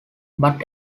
but